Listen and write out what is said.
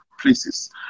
places